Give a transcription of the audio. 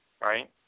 right